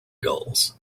gulls